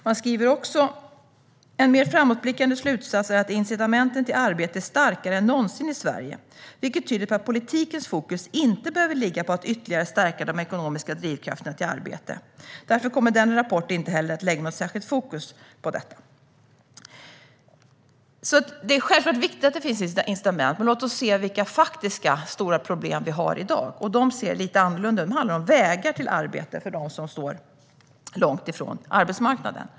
Man skriver också: "En mer framåtblickande slutsats är att incitamenten till arbete är starkare än någonsin i Sverige, vilket tyder på att politikens fokus inte behöver ligga på att ytterligare stärka de ekonomiska drivkrafterna till arbete." Därför kommer rapporten heller inte att lägga något särskilt fokus på detta. Det är självklart viktigt att det finns incitament, men låt oss se vilka faktiska stora problem vi har i dag. De ser lite annorlunda ut. De handlar om vägar till arbete för dem som står långt ifrån arbetsmarknaden.